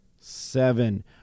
Seven